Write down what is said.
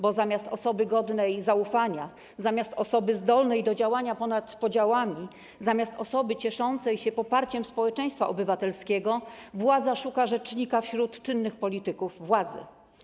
Bo zamiast osoby godnej zaufania, zamiast osoby zdolnej do działania ponad podziałami, zamiast osoby cieszącej się poparciem społeczeństwa obywatelskiego, władza szuka rzecznika wśród czynnych polityków władzy.